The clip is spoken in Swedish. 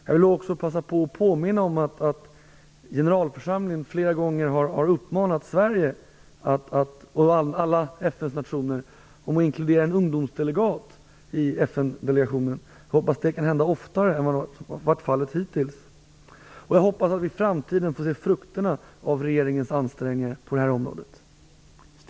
Jag vill också passa på att påminna om att generalförsamlingen flera gånger har uppmanat Sverige och alla andra FN-nationer att inkludera en ungdomsdelegat i FN-delegationen. Jag hoppas att det kan hända oftare än vad som varit fallet hittills. Jag hoppas också att vi i framtiden får se frukterna av regeringens ansträngningar på det här området.